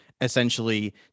essentially